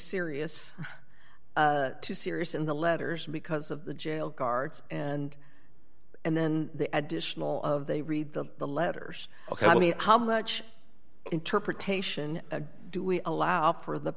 serious too serious in the letters because of the jail guards and and then the additional of they read the the letters ok i mean how much interpretation do we allow for the